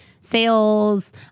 sales